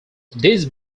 these